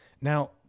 now